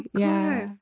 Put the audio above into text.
yeah